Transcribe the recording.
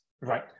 right